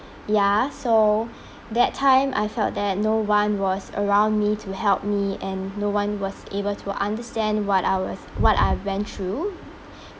ya so that time I felt that no one was around me to help me and no one was able to understand what I was what I went through